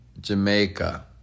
Jamaica